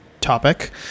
topic